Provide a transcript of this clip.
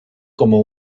como